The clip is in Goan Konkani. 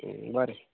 बरें